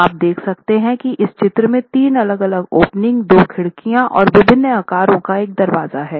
तो आप देख सकते हैं कि इस चित्र में तीन अलग अलग ओपनिंग दो खिड़कियां हैं और विभिन्न आकारों का एक दरवाज़ा है